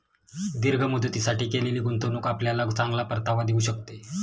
दीर्घ मुदतीसाठी केलेली गुंतवणूक आपल्याला चांगला परतावा देऊ शकते